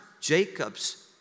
Jacob's